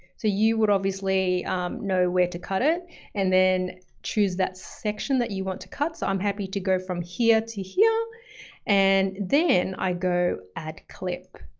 so you would obviously know where to cut it and then choose that section that you want to cut. so i'm happy to go from here to here and then i go, add clip.